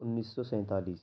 انیس سو سینتالیس